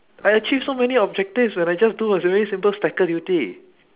I achieve so many objectives when I just do a really simple slacker duty